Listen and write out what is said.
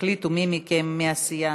תחליטו מי מכם, מהסיעה,